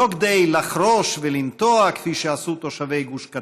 לא כדי לחרוש ולנטוע, כפי שעשו תושבי גוש קטיף,